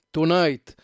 Tonight